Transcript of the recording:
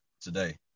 today